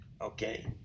Okay